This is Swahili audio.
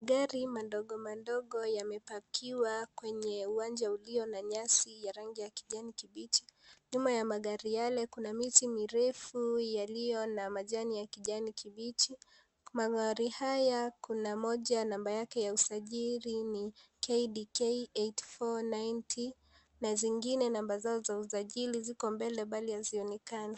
Gari madogo madogo tayari yamepakiwa kwenye uwanja ulio na rangi ya kijanii kibichi nyuma ya magari yale kuna miti mirefu yaliyo ns majani yenye rangi ys kijani kibichi Magari haya kuna moja nambari yake ya usajili ni KDK 849T na zengine namba zao za usajili ziko mbele bali hazionekani.